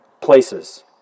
places